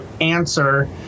answer